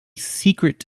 secret